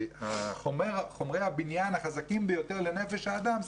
כאשר חומרי הבניין החזקים ביותר לנפש האדם,